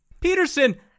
Peterson